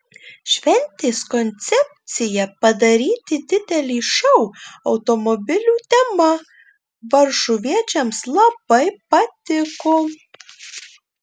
šventės koncepcija padaryti didelį šou automobilių tema varšuviečiams labai patiko